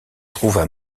trouvent